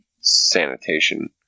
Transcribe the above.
sanitation